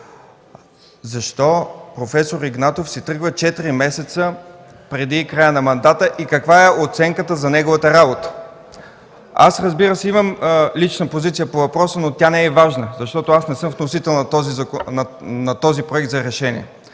защо проф. Игнатов си тръгва четири месеца преди края на мандата и каква е оценката за неговата работа. Аз, разбира се, имам лична позиция по въпроса, но тя не е важна, защото не съм вносител на този проект за решение.